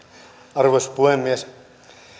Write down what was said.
arvoisa puhemies